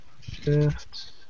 Shift